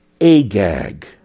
Agag